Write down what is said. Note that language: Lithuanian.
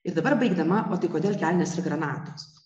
ir dabar baigdama o tai kodėl kelnės ir granatos